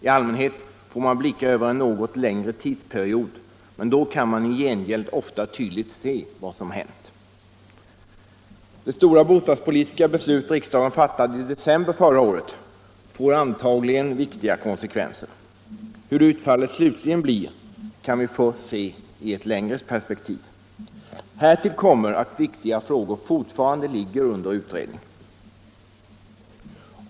I allmänhet får man blicka över en något större tidsperiod, men då kan man i gengäld ofta tydligt se vad som hänt. De stora bostadspolitiska beslut riksdagen fattade i december förra året får antagligen viktiga konsekvenser. Hur utfallet slutligen blir kan vi se först i ett längre perspektiv. Härtill kommer att viktiga frågor fortfarande ligger under utredning.